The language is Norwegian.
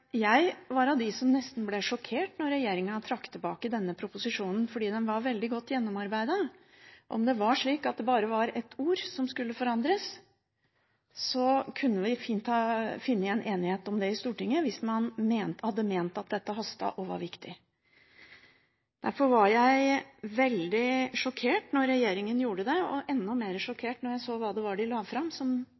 jeg var av de som nesten ble sjokkert da regjeringen trakk tilbake denne proposisjonen, for den var veldig godt gjennomarbeidet. Om det var slik at det bare var ett ord som skulle forandres, kunne vi fint ha funnet en enighet om det i Stortinget hvis man hadde ment at dette hastet og var viktig. Derfor var jeg veldig sjokkert da regjeringen gjorde det, og enda mer sjokkert da jeg så hva det var de la fram, som